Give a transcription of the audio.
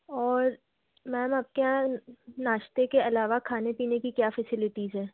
और मैम आपके यहाँ नाश्ते के अलावा खाने पीने की क्या फेसिलिटीज़ है